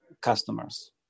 customers